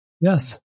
Yes